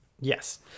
yes